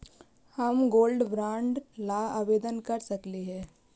हम gold bond ला आवेदन कर सकली हे?